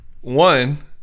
One